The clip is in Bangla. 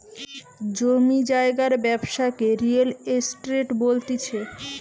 জমি জায়গার ব্যবসাকে রিয়েল এস্টেট বলতিছে